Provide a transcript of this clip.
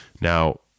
Now